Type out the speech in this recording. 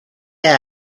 dead